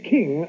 King